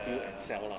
eh